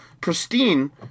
pristine